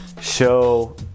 show